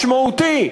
משמעותי,